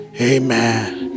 Amen